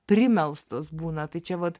primelstos būna tai čia vat